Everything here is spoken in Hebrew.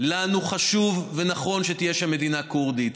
לנו חשוב ונכון שתהיה שם מדינה כורדית.